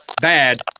bad